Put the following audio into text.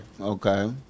Okay